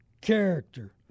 Character